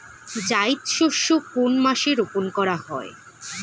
জায়িদ শস্য কোন মাসে রোপণ করা হয়?